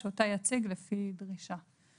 שאותה יציג לפי דרישה.